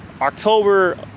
october